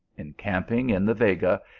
encamping in the vega,